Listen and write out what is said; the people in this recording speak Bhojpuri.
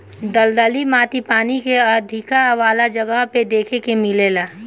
दलदली माटी पानी के अधिका वाला जगह पे देखे के मिलेला